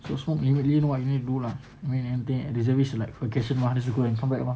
you go smoke everybody know what you need to do lah I mean anything reservist like lah forget how is it going can come back lor